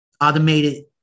automated